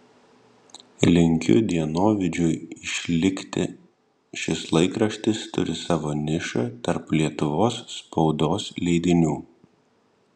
linkiu dienovidžiui išlikti šis laikraštis turi savo nišą tarp lietuvos spaudos leidinių